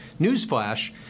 newsflash